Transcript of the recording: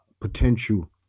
potential